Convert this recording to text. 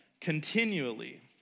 continually